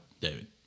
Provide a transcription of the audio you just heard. David